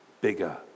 bigger